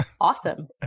Awesome